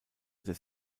des